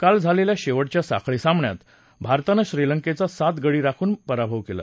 काल झालेल्या शेवटच्या साखळी सामन्यात भारतान श्रीलंकेचा सात गडी राखून पराभव केला